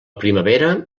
primavera